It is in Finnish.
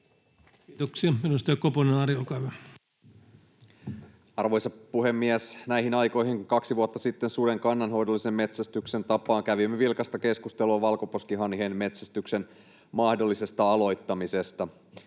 salliminen Time: 20:37 Content: Arvoisa puhemies! Näihin aikoihin kaksi vuotta sitten suden kannanhoidollisen metsästyksen tapaan kävimme vilkasta keskustelua valkoposkihanhien metsästyksen mahdollisesta aloittamisesta.